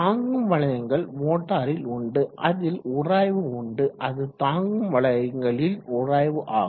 தாங்கும் வளையங்கள் மோட்டாரில் உண்டு அதில் உராய்வு உண்டு அது தாங்கும் வளையங்களின் உராய்வு ஆகும்